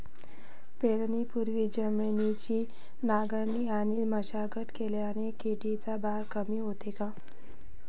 पेरणीपूर्वी जमिनीची नांगरणी आणि मशागत केल्याने किडीचा भार कमी होतो